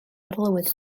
arlywydd